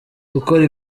gukora